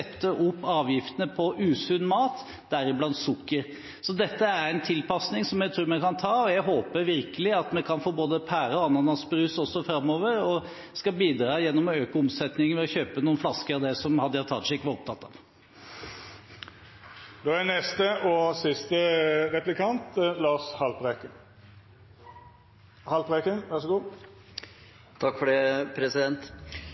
sette opp avgiftene på usunn mat, deriblant sukker. Så dette er en tilpassing jeg tror vi kan ta. Jeg håper virkelig at vi kan få både pærebrus og ananasbrus framover, og jeg skal bidra til å øke omsetningen ved å kjøpe noen flasker av det, som Hadia Tajik var opptatt av. Klimaendringene er, som vi har hørt tidligere i dag, allerede i gang og